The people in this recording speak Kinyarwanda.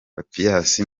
papias